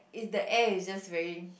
if the air is just very